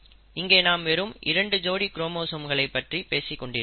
இங்கே நாம் வெறும் இரண்டு ஜோடி குரோமோசோம்களை பற்றி பேசிக் கொண்டிருக்கிறோம்